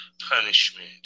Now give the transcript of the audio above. punishment